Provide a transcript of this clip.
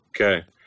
Okay